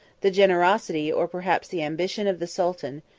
the generosity, or perhaps the ambition, of the sultan,